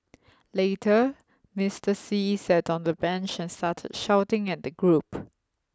later Mister See sat on a bench and started shouting at the group